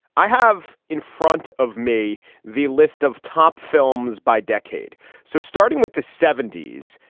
i have in front of me the list of top films by decade so starting with the seventy s.